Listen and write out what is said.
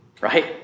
right